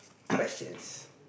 questions